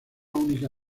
única